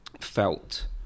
felt